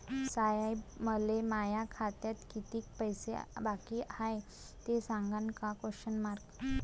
साहेब, मले माया खात्यात कितीक पैसे बाकी हाय, ते सांगान का?